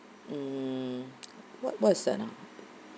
mm what what is that uh